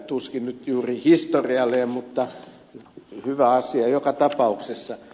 tuskin nyt juuri historiallinen mutta hyvä asia joka tapauksessa